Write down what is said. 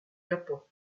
japon